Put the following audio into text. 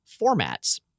formats